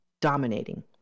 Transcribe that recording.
dominating